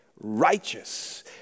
righteous